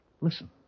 Listen